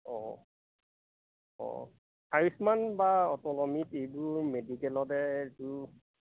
অঁ অঁ আয়ুষ্মান বা অটল অমৃত এইবোৰ মেডিকেলতেতো